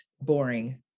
boring